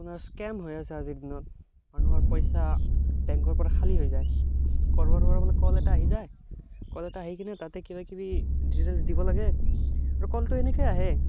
মানে স্কেম হৈ আছে আজিৰ দিনত মানুহৰ পইচা বেংকৰ পৰা খালী হৈ যায় কৰবাৰ পৰা বোলে কল এটা আহি যায় কল এটা আহিকেনে তাতে কিবা কিবি ডিটেইলছ দিব লাগে আৰু কলটো এনেকেই আহে